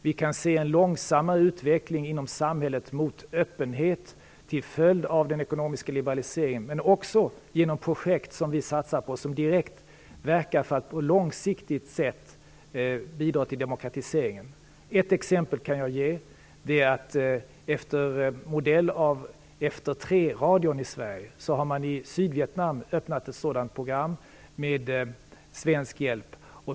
Vi kan se en långsam utveckling mot öppenhet i samhället, till följd av den ekonomiska liberaliseringen men också genom projekt som vi satsar på, som direkt verkar för att på ett långsiktigt sätt bidra till demokratiseringen. Jag kan ge ett exempel, och det är att man efter modell av radioprogrammet Efter Tre i Sverige har öppnat ett program i Sydvietnam, med svensk hjälp.